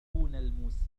الموسيقى